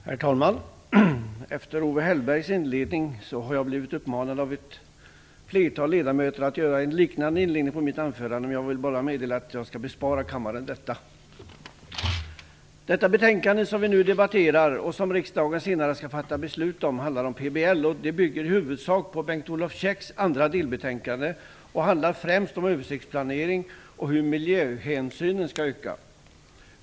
Herr talman! Efter Owe Hellbergs inledning har jag av ett flertal ledamöter uppmanats att ha en liknande inledning på mitt anförande, men jag skall bespara kammaren det. Det betänkande som vi nu debatterar och som riksdagen senare skall fatta beslut om handlar om PBL och bygger i huvudsak på Bengt-Olof Käcks andra delbetänkande, men främst handlar det om en översiktsplanering och om hur miljöhänsynen skall öka.